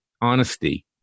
honesty